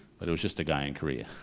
but it was just a guy in korea.